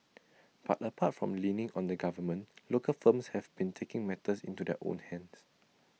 but apart from leaning on the government local firms have been taking matters into their own hands